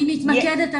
אני מתמקדת.